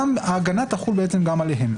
ההגנה תחול גם עליהם.